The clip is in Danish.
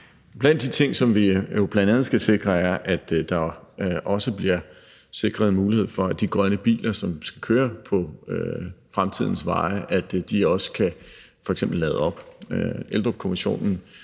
Blandt de ting, som vi jo skal bl.a. skal sikre, er, at der også bliver sikret en mulighed for, at de grønne biler, som skal køre på fremtidens veje, f.eks. også kan lades op. Eldrupkommissionen